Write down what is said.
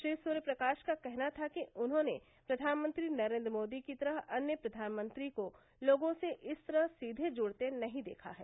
श्री सूर्य प्रकाश का कहना था कि उन्होंने प्रधानमंत्री नरेन्द्र मोदी की तरह अन्य प्रधानमंत्री को लोगों से इस तरह सीधे जुड़ते नहीं देखा है